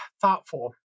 thoughtful